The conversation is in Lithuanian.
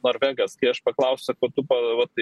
norvegas kai aš paklausiu ko tu pa vat tai